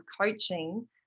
coaching